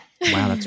Wow